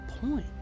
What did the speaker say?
point